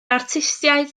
artistiaid